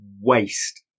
Waste